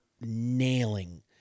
nailing